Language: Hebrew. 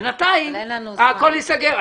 בינתיים הכולל ייסגר.